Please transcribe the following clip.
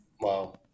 wow